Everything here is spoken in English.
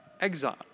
exile